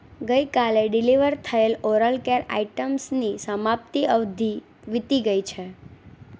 ગઈકાલે ડિલિવર થયેલ oral care આઇટમ્સની સમાપ્તિ અવધિ વીતી ગઈ છે